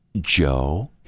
Joe